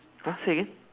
!huh! say again